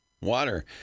water